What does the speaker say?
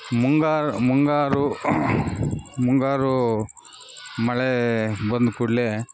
ಮುಂಗಾರು ಮುಂಗಾರು ಮುಂಗಾರು ಮಳೆ ಬಂದ ಕೂಡಲೇ